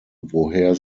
woher